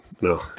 no